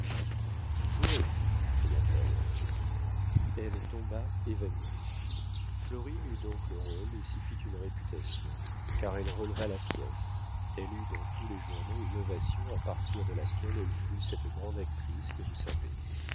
je jouerai cria-t-elle elle tomba évanouie florine eut donc le rôle et s'y fit une réputation car elle releva la pièce elle eut dans tous les journaux une ovation à partir de laquelle elle fut cette grande actrice que vous savez